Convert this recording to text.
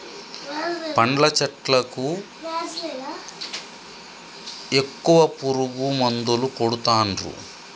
పండ్ల చెట్లకు ఎక్కువ పురుగు మందులు కొడుతాన్రు